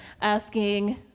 Asking